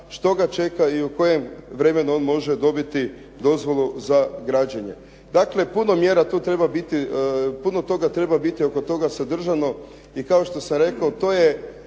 što ga čeka i u kojem vremenu on može dobiti dozvolu za građenje. Dakle, puno mjera tu treba biti, puno toga treba biti oko toga sadržano i kao što sam rekao to je